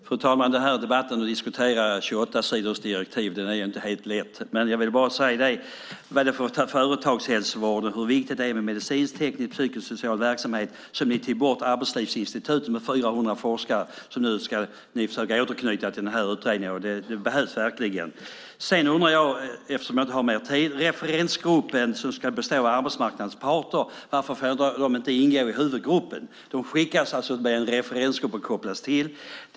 Fru talman! Den här debatten, där man diskuterar ett 28-sidorsdirektiv, är inte helt lätt. Men jag vill bara säga en sak när det gäller företagshälsovården och hur viktigt det är med medicinsk, teknisk och psykosocial verksamhet. Ni tog bort Arbetslivsinstitutet med 400 forskare som ni nu ska försöka återknyta till den här utredningen. Det behövs verkligen. Sedan undrar jag, eftersom jag inte har mer tid, om referensgruppen. Den ska bestå av arbetsmarknadens parter. Varför får de inte ingå i huvudgruppen? De skickas alltså med en referensgrupp och kopplas till detta.